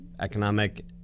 economic